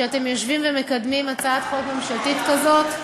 שאתם יושבים ומקדמים הצעת חוק ממשלתית כזאת.